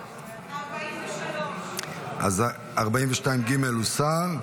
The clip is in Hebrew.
43. 42 ג' הוסרה.